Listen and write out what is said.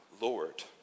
lord